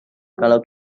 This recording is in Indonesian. kalau